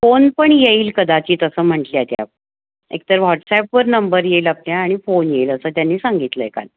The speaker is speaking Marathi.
फोन पण येईल कदाचित असं म्हटल्या त्या एक तर व्हॉट्सॲपवर नंबर येईल आपल्या आणि फोन येईल असं त्यांनी सांगितलं आहे काल